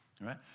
right